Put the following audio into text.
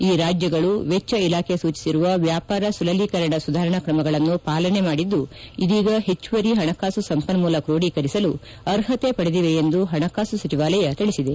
ಈ ರಾಜ್ಯಗಳು ವೆಜ್ಞ ಇಲಾಖೆ ಸೂಚಿಸಿರುವ ವ್ಲಾಪಾರ ಸುಲಲೀಕರಣ ಸುಧಾರಣಾ ಕ್ರಮಗಳನ್ನು ಪಾಲನೆ ಮಾಡಿದ್ದು ಇದೀಗ ಹೆಚ್ಚುವರಿ ಪಣಕಾಸು ಸಂಪನ್ನೂಲ ಕ್ರೋಢೀಕರಿಸಲು ಅರ್ಹತೆ ಪಡೆದಿವೆ ಎಂದು ಪಣಕಾಸು ಸಚಿವಾಲಯ ತಿಳಿಸಿದೆ